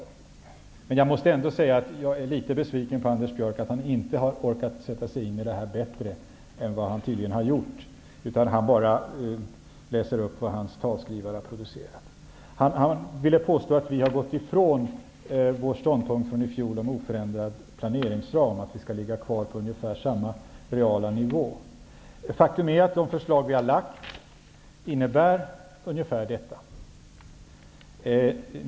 Men jag måste ändå säga att jag är litet besviken över att Anders Björck inte har orkat sätta sig in i detta bättre än vad han tydligen har gjort. Han bara läser upp vad hans talskrivare har producerat. Han påstod att Socialdemokraterna har gått ifrån ståndpunkten från i fjol om oförändrad planeringsram, om att vi skall ligga kvar på ungefär samma reala nivå. Faktum är att de förslag vi har lagt fram innebär ungefär detta.